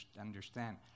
understand